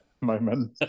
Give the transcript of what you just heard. moment